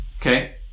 okay